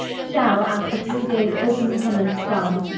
shall, after three dayes open penance done,